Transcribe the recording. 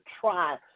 try